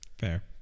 fair